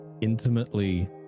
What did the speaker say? intimately